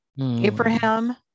Abraham